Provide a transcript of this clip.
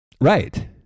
Right